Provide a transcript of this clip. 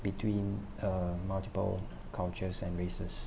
between uh multiple cultures and races